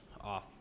off